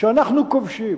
שאנחנו כובשים,